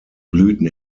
blüten